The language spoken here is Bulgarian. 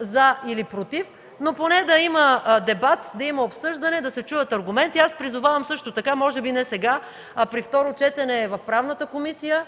„за” или „против”, но поне да има дебат, да има обсъждане, да се чуят аргументи. Аз призовавам също така, може би не сега, при второ четене в Комисията по правни въпроси,